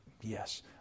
Yes